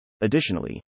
Additionally